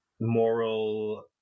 moral